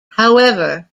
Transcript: however